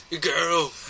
Girl